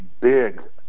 big